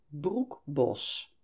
Broekbos